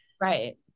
Right